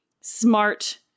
smart